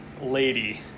lady –